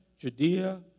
Judea